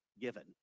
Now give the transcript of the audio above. given